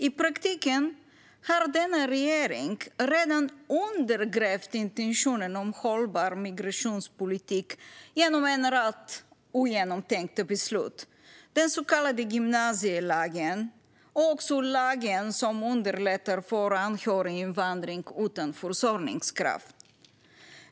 I praktiken har denna regering redan undergrävt intentionen om hållbar migrationspolitik genom en rad ogenomtänkta beslut: den så kallade gymnasielagen och den lag som underlättar anhöriginvandring utan försörjningskrav.